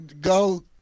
go